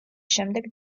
შემდეგ